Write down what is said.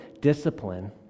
discipline